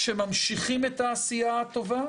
ממשיכים את העשייה הטובה,